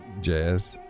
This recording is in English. jazz